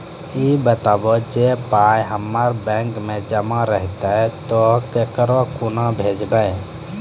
ई बताऊ जे पाय हमर बैंक मे जमा रहतै तऽ ककरो कूना भेजबै?